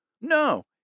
No